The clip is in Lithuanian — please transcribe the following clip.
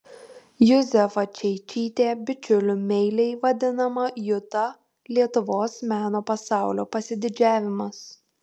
juzefa čeičytė bičiulių meiliai vadinama juta lietuvos meno pasaulio pasididžiavimas